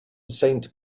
saint